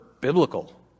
biblical